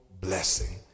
blessing